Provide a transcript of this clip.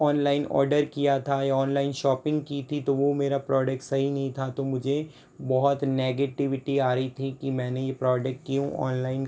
online order किया था या ऑनलाइन शॉपिंग की थी तो वो मेरा प्रोडेक्ट सही नहीं था तो मुझे बहुत नेगटिवीटी आ रही थी कि मैंने यह प्रोडेक्ट क्यों ऑनलाइन